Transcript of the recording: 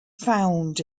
found